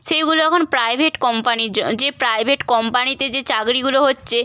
সেইগুলো এখন প্রাইভেট কোম্পানির জ যে প্রাইভেট কোম্পানিতে যে চাকরিগুলো হচ্ছে